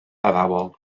addawol